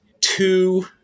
two